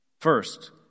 First